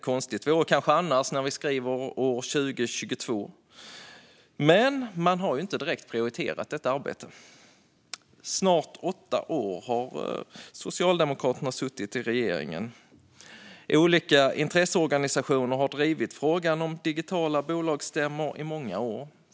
Konstigt vore det kanske annars när vi skriver år 2022. Men man har inte direkt prioriterat detta arbete. Socialdemokraterna har suttit i regeringen i snart åtta år. Olika intresseorganisationer har drivit frågan om digitala bolagsstämmor i många år.